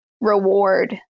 reward